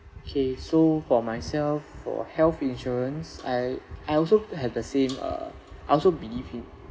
okay so for myself for health insurance I I also have the same uh I also believe him